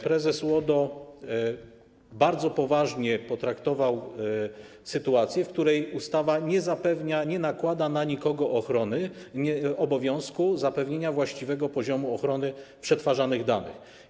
Prezes UODO bardzo poważnie potraktował sytuację, w której ustawa nie nakłada na nikogo obowiązku zapewnienia właściwego poziomu ochrony przetwarzanych danych.